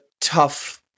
tough